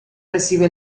recibe